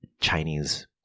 Chinese